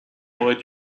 aurait